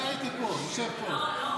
אני הייתי פה, אני יושב פה.